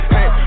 Hey